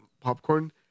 popcorn